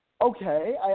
okay